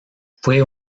fue